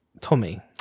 Tommy